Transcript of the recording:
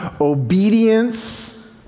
obedience